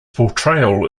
portrayal